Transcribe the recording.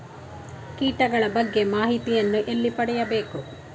ಕೀಟಗಳ ಬಗ್ಗೆ ಮಾಹಿತಿಯನ್ನು ಎಲ್ಲಿ ಪಡೆಯಬೇಕು?